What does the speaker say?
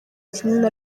kinini